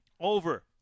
over